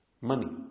money